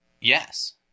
Yes